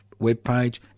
webpage